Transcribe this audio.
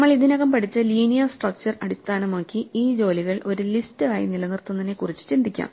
നമ്മൾ ഇതിനകം പഠിച്ച ലീനിയർ സ്ട്രക്ച്ചർ അടിസ്ഥാനമാക്കി ഈ ജോലികൾ ഒരു ലിസ്റ്റ് ആയി നിലനിർത്തുന്നതിനെക്കുറിച്ച് ചിന്തിക്കാം